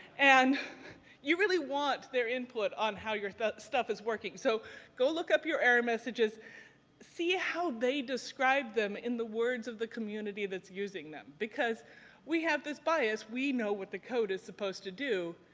and you really want their input on how your stuff is working. so go look up your error messages see how they describe them in the words of the community that's using them, because we have this bias we know what the code is supposed to do.